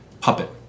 puppet